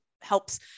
helps